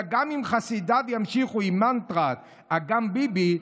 גם אם חסידיו ימשיכו עם מנטרת ה'גם ביבי',